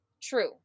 True